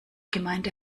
gemeinde